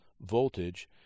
voltage